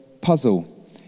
puzzle